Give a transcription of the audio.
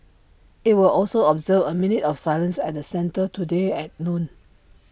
IT will also observe A minute of silence at the centre today at noon